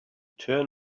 turn